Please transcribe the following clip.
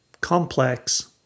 complex